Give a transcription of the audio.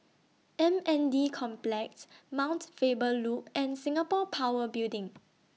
M N D Complex Mount Faber Loop and Singapore Power Building